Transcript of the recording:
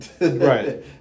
Right